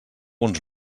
uns